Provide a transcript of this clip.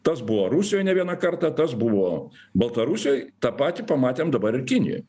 tas buvo rusijoj ne vieną kartą tas buvo baltarusijoj tą patį pamatėm dabar ir kinijoj